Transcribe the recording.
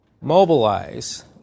mobilize